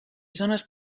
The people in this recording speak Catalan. zones